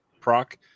proc